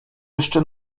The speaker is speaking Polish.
jeszcze